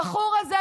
הבחור הזה,